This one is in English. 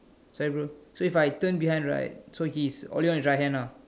sorry bro so if I turn behind right so he's only on his right hand ah